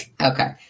Okay